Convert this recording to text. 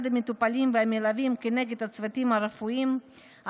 המטופלים והמלווים כנגד הצוותים הרפואיים,